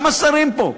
גם השרים פה,